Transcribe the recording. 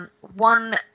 One